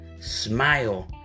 smile